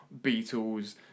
Beatles